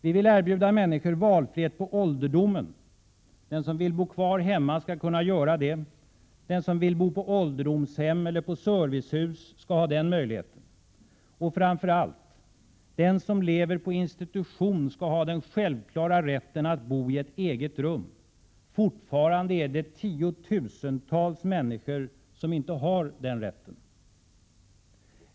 Vi vill erbjuda människor valfrihet på ålderdomen. Den som vill bo kvar hemma skall kunna göra det, den som vill bo på ålderdomshem eller i servicehus skall ha den möjligheten. Och, framför allt, den som lever på institution skall ha den självklara rätten att bo i ett eget rum. Fortfarande är det tiotusentals människor som inte har den rätten.